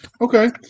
Okay